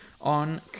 on